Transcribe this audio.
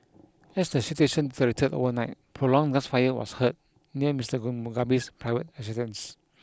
as the situation overnight prolonged gunfire was heard near Mister Mugabe's private residence